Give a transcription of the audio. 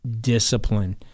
discipline